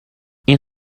این